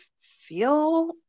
feel